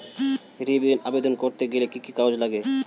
ঋণের আবেদন করতে গেলে কি কি কাগজ লাগে?